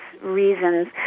reasons